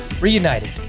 Reunited